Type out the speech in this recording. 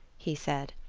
he said.